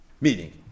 Meaning